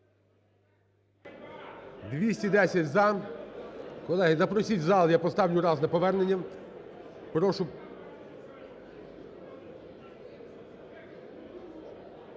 За-210 Колеги, запросіть в зал, я поставлю раз на повернення, прошу.